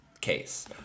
case